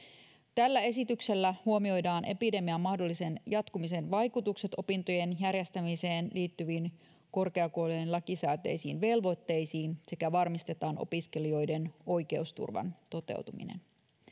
tällä esityksellä huomioidaan epidemian mahdollisen jatkumisen vaikutukset opintojen järjestämiseen liittyviin korkeakoulujen lakisääteisiin velvoitteisiin sekä varmistetaan opiskelijoiden oikeusturvan toteutuminen